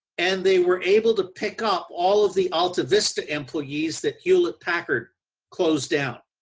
and they were able to pick up all of the altavista employees that hewlitt packard closed down.